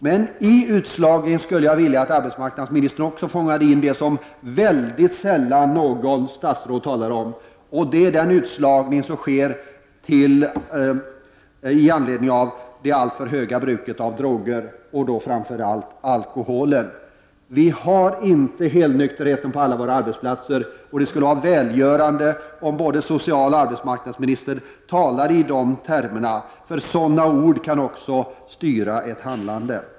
Jag skulle vilja att arbetsmarknadsministern när det gäller frågan om utslagningen också tar med det som statsråden väldigt sällan talar om, nämligen den utslagning som sker i anledning av det alltför stora bruket av droger, och då framför allt alkohol. Vi har inte helnykterhet på alla våra arbetsplatser. Det skulle vara välgörande om både socialministern och arbetsmarknadsministern talade om detta. Sådana ord kan också styra ett handlande.